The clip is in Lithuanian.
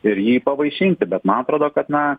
ir jį pavaišinti bet man atrodo kad na